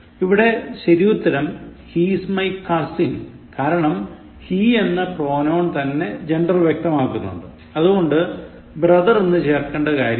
ഇവിടെ ശരിയുത്തരം He is my cousin കാരണം he എന്ന pronoun തന്നെ gender വ്യക്തമാക്കുന്നുണ്ട് അതുകൊണ്ട് brother എന്ന് ചേർക്കേണ്ട കാര്യം ഇല്ല